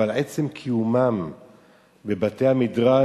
אבל עצם קיומם בבתי-המדרש,